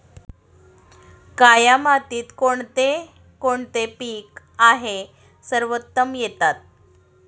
काया मातीत कोणते कोणते पीक आहे सर्वोत्तम येतात?